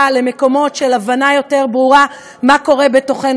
למקומות של הבנה יותר ברורה מה קורה בתוכנו,